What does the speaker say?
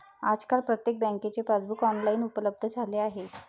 आजकाल प्रत्येक बँकेचे पासबुक ऑनलाइन उपलब्ध झाले आहे